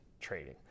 trading